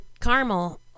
caramel